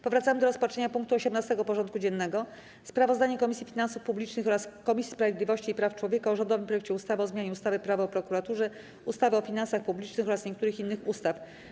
Powracamy do rozpatrzenia punktu 18. porządku dziennego: Sprawozdanie Komisji Finansów Publicznych oraz Komisji Sprawiedliwości i Praw Człowieka o rządowym projekcie ustawy o zmianie ustawy - Prawo o prokuraturze, ustawy o finansach publicznych oraz niektórych innych ustaw.